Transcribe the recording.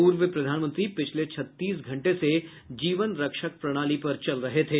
पूर्व प्रधानमंत्री पिछले छत्तीस घंटे से जीवन रक्षक प्रणाली पर चल रहे थे